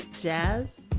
jazz